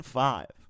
five